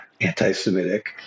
anti-Semitic